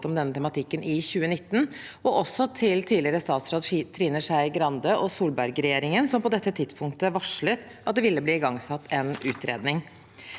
om denne tematikken i 2019, og også til tidligere statsråd Trine Skei Grande og Sol berg-regjeringen, som på dette tidspunktet varslet at det ville bli igangsatt en utredning.